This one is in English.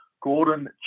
Gordon